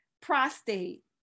prostate